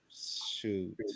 shoot